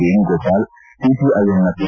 ವೇಣುಗೋಪಾಲ್ ಸಿಪಿಐಎಂನ ಪಿ